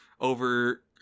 over